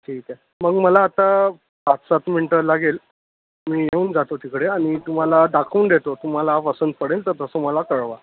ठीक आहे मग मला आता पाच सात मिंटं लागेल मी येऊन जातो तिकडे आणि तुम्हाला दाखवून देतो तुम्हाला पसंत पडेल तर तसं मला कळवा